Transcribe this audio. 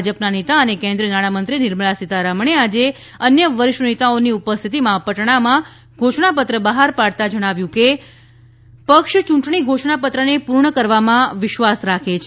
ભાજપના નેતા અને કેન્દ્રિય નાણામંત્રી નિર્મલા સીતારમણે આજે અન્ય વરિષ્ઠ નેતાઓની ઉપસ્થિતિમાં પટણામાં આજે ઘોષણા પત્ર બહાર પાડતાં જણાવ્યું કે પક્ષ ચૂંટણી ઘોષણા પત્રને પૂર્ણ કરવામાં વિશ્વાસ રાખે છે